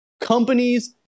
companies